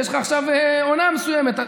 יש לך עכשיו עונה מסוימת.